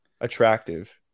attractive